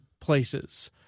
places